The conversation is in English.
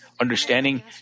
understanding